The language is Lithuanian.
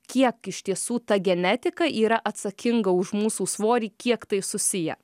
kiek iš tiesų ta genetika yra atsakinga už mūsų svorį kiek tai susiję